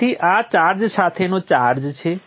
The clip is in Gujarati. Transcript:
તેથી આ ચાર્જ સાથેનો ચાર્જ છે